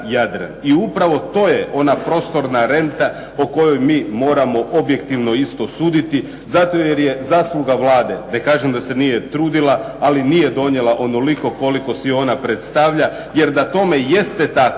I upravo to je ona prostorna renta o kojoj mi moramo objektivno isto suditi zato jer je zasluga Vlade, ne kažem da se nije trudila, ali nije donijela onoliko koliko si ona predstavlja. Jer da tome jeste tako